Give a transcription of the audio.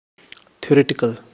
theoretical